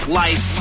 life